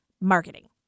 marketing